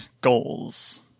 goals